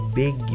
big